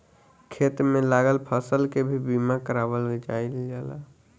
खेत में लागल फसल के भी बीमा कारावल जाईल जाला